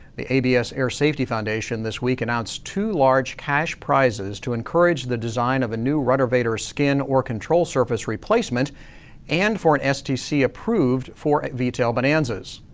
the abs air safety foundation this week announced two large cash prizes to encourage the design of a new ruddervator skin or control surface replacement and for an stc approved for v-tail bonanzas.